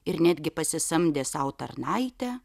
ir netgi pasisamdė sau tarnaitę